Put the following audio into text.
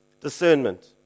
Discernment